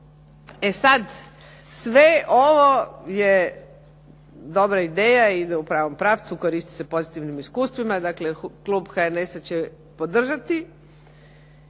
E sada, sve ovo je dobra ideja i ide u pravom pravcu, koristeći se pozitivnim iskustvima dakle, klub HNS-a će podržati.